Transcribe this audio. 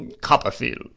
copperfield